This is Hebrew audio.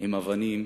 עם אבנים.